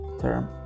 term